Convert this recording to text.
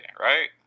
Right